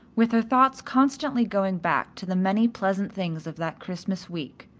with her thoughts constantly going back to the many pleasant things of that christmas week.